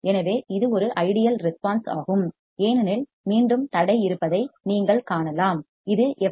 எனவே இது ஒரு ஐடியல் ரெஸ்பான்ஸ் ஆகும் ஏனெனில் மீண்டும் தடை இருப்பதை நீங்கள் காணலாம் இது எஃப்